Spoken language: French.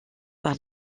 par